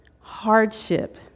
hardship